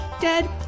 dead